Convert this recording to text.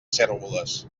cérvoles